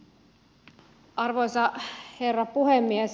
arvoisa herra puhemies